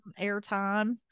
airtime